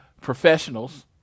Professionals